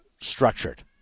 structured